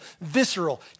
visceral